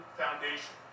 foundation